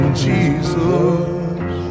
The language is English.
jesus